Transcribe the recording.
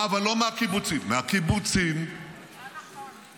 אה, אבל לא מהקיבוצים, מהקיבוצים -- לא נכון.